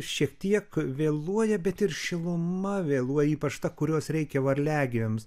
šiek tiek vėluoja bet ir šiluma vėluoja ypač ta kurios reikia varliagyviams